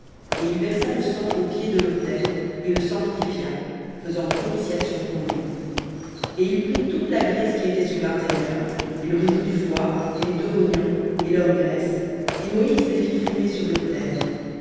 et il versa le sang au pied de l'autel et le sanctifia faisant propitiation pour lui et il prit toute la graisse qui était sur l'intérieur et le réseau du foie et les deux rognons et leur graisse et moïse les fit fumer sur l'autel